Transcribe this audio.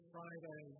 Friday